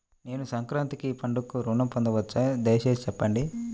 నేను సంక్రాంతికి పండుగ ఋణం పొందవచ్చా? దయచేసి చెప్పండి?